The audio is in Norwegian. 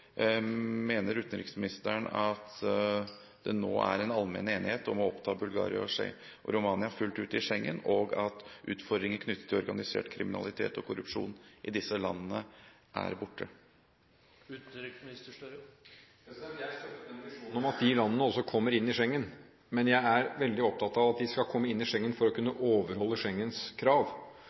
Mener utenriksministeren at det nå er en allmenn enighet om å oppta Bulgaria og Romania fullt ut i Schengen, og at utfordringer knyttet til organisert kriminalitet og korrupsjon i disse landene er borte? Jeg støtter den visjonen at de landene også kommer inn i Schengen, men jeg er veldig opptatt av at de skal komme inn i Schengen for å kunne overholde Schengens krav.